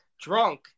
drunk